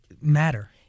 matter